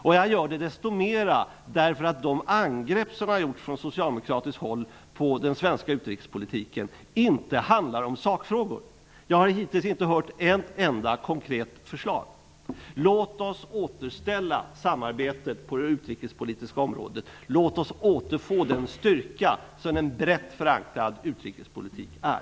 Jag beklagar detta desto mera eftersom de angrepp som från socialdemokratiskt håll har gjorts på den svenska utrikespolitiken inte handlar om sakfrågor. Jag har hittills inte hört ett enda konkret förslag. Låt oss återställa samarbetet på det utrikespolitiska området, och låt oss återfå den styrka som en brett förankrad utrikespolitik är!